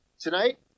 Tonight